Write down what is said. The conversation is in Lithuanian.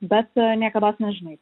bet niekados nežinai